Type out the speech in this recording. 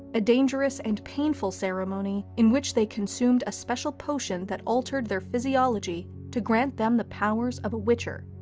a dangerous and painful ceremony in which they consumed a special potion that altered their physiology to grant them the powers of a witcher,